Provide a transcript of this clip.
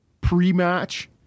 pre-match